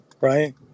Right